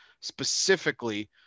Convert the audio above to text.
specifically